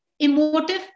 Emotive